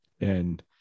And-